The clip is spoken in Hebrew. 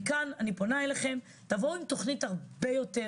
מכאן אני פונה אליכם, תבואו עם תכנית הרבה יותר